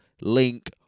link